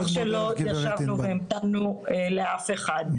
זה לא שישבנו והמתנו לאף אחד.